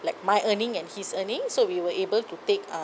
like my earning and his earning so we were able to take uh